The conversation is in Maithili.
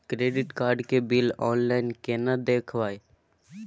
क्रेडिट कार्ड के बिल ऑनलाइन केना देखबय?